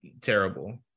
terrible